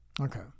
Okay